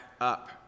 up